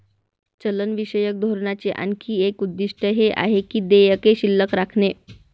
चलनविषयक धोरणाचे आणखी एक उद्दिष्ट हे आहे की देयके शिल्लक राखणे